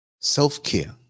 Self-care